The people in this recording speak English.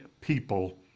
people